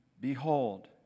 Behold